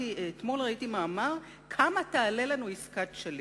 אתמול ראיתי מאמר, "כמה תעלה לנו עסקת שליט".